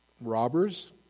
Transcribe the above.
robbers